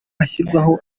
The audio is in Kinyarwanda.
hashyirwaho